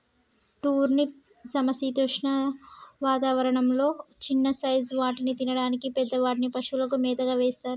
turnip సమశీతోష్ణ వాతావరణం లొ చిన్న సైజ్ వాటిని తినడానికి, పెద్ద వాటిని పశువులకు మేతగా వేస్తారు